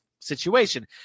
situation